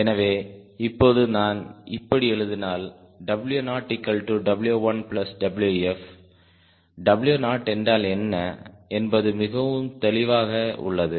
எனவே இப்போது நான் இப்படி எழுதினால் W0W1Wf W0 என்றால் என்ன என்பது மிகவும் தெளிவாக உள்ளது